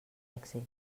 èxit